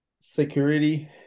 security